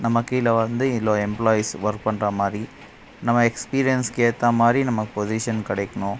நம்ம கீழே வந்து இவ்வளோ எம்ப்ளாயீஸ் வொர்க் பண்ணுற மாதிரி நம்ம எக்ஸ்பீரியன்ஸ்கேற்ற மாதிரி நம்ம பொசிஷன் கிடைக்கணும்